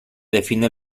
define